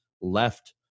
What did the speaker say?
left